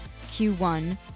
Q1